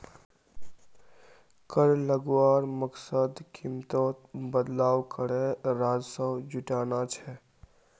कर लगवार मकसद कीमतोत बदलाव करे राजस्व जुटाना छे